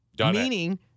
Meaning